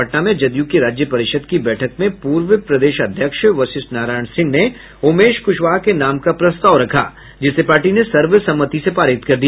पटना में जदयू की राज्य परिषद की बैठक में पूर्व प्रदेश अध्यक्ष वशिष्ठ नारायण सिंह ने उमेश कुशवाहा के नाम का प्रस्ताव रखा जिसे पार्टी ने सर्वसम्मति से पारित कर दिया